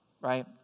right